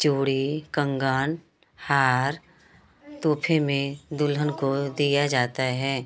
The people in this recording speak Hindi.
चूड़ी कंगन हार तोहफे में दुल्हन को दिया जाते हैं